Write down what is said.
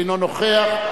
אינו נוכח.